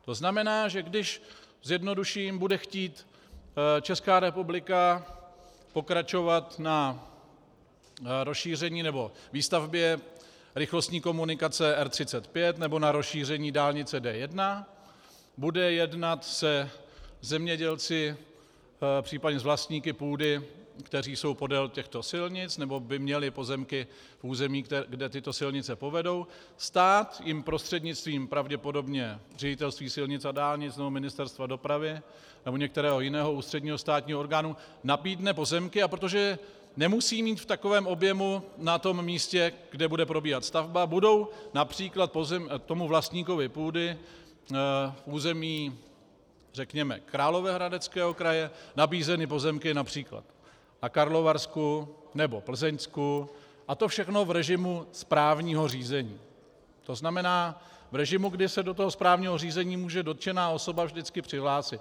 To znamená, že když zjednoduším, bude chtít Česká republika pokračovat na rozšíření nebo výstavbě rychlostní komunikace R35 nebo na rozšíření dálnice D1, bude jednat se zemědělci, případně s vlastníky půdy, kteří jsou podél těchto silnic, nebo by měli pozemky v území, kde tyto silnice povedou, stát jim prostřednictvím pravděpodobně Ředitelství silnic a dálnic nebo Ministerstva dopravy nebo některého jiného ústředního státního orgánu nabídne pozemky, a protože je nemusí mít v takovém objemu na tom místě, kde bude probíhat stavba, budou například tomu vlastníkovi půdy území řekněme Královéhradeckého kraje nabízeny pozemky například na Karlovarsku nebo Plzeňsku a to všechno v režimu správního řízení, to znamená v režimu, kdy se do toho správního řízení může dotčená osoba vždycky přihlásit.